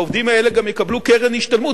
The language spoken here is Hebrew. העובדים האלה גם יקבלו קרן השתלמות.